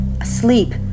asleep